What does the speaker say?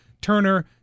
Turner